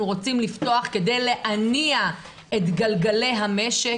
רוצים לפתוח כדי להניע את גלגלי המשק,